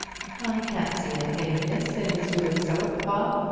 i can't see anything amiss in his doing so, papa.